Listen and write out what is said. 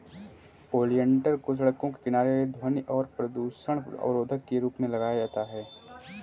oleander को सड़कों के किनारे ध्वनि और प्रदूषण अवरोधक के रूप में लगाया जाता है